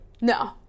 No